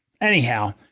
Anyhow